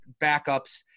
backups